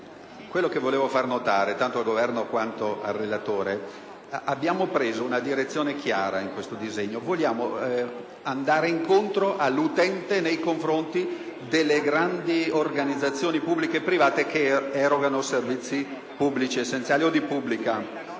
far notare tanto al rappresentante del Governo quanto al relatore che abbiamo preso una direzione chiara in questo provvedimento: vogliamo andare incontro all'utente nei confronti delle grandi organizzazioni pubbliche e private che erogano servizi pubblici essenziali o di pubblica